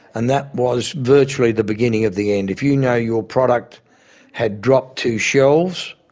and that was virtually the beginning of the end. if you know your product had dropped two shelves,